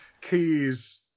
Keys